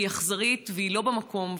היא אכזרית והיא לא במקום,